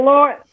Lord